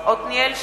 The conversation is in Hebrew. בהצבעה עתניאל שנלר,